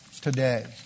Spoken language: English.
today